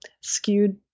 skewed